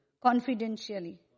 Confidentially